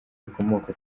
rikomoka